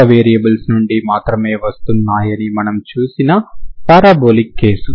కొత్త వేరియబుల్స్ నుండి మాత్రమే వస్తున్నాయని మనం చూసిన పారాబొలిక్ కేసు